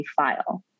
file